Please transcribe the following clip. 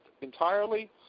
entirely